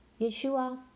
Yeshua